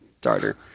starter